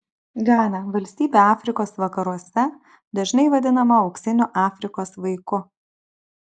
gana valstybė afrikos vakaruose dažnai vadinama auksiniu afrikos vaiku